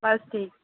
बस ठीक